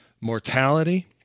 mortality